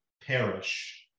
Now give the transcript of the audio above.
perish